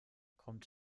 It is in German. kommt